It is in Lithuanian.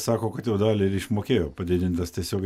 sako kad jau dalį ir išmokėjo padidintas tiesiog